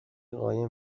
قایم